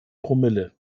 promille